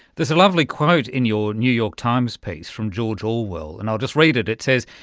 there's a lovely quote in your new york times piece from george orwell, and i'll just read it, it says,